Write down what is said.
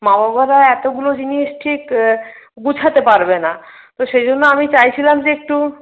মা বাবারা এতোগুলো জিনিস ঠিক গোছাতে পারবে না তো সেইজন্য আমি চাইছিলাম যে একটু